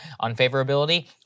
unfavorability